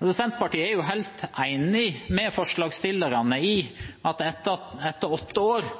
Senterpartiet er helt enig med forslagsstillerne i at etter åtte år